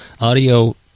Audio